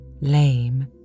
lame